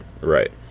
Right